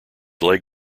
leg